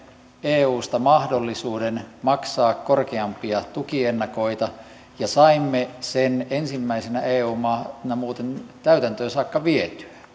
eusta mahdollisuuden maksaa korkeampia tukiennakoita ja saimme sen ensimmäisenä eu maana muuten täytäntöön saakka vietyä